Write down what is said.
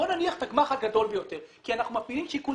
בוא נניח את הגמ"ח הגדול ביותר כי אנחנו מפעילים שיקול